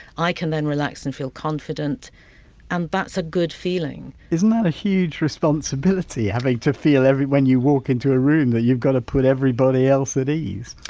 i can then relax and feel confident and that's a good feeling isn't that a huge responsibility, having to feel when you walk into a room that you've got to put everybody else at ease?